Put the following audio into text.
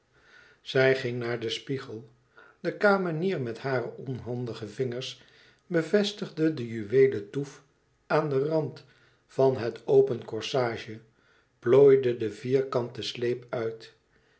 zij ging naar den spiegel de kamenier met hare onhandige vingers bevestigde de juweelen touffe aan den rand van het open corsage plooide den vierkanten sleep uit